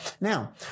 Now